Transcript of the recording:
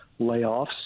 layoffs